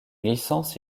licence